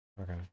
Okay